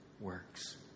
works